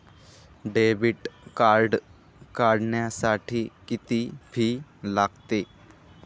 Debit card काढण्यासाठी किती fee लागते?